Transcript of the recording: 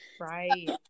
Right